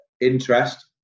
interest